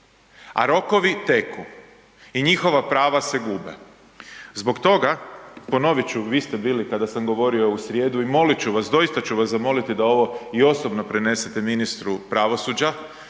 a rokovi teku i njihova prava se gube. Zbog toga, ponovit ću vi ste bili kada sam govorio u srijedu i molit ću vas, doista ću vas zamoliti da ovo i osobno prenesete ministru pravosuđa.